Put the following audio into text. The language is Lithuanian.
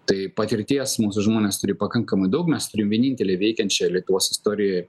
tai patirties mūsų žmonės turi pakankamai daug mes turim vienintelę veikiančią lietuvos istorijoje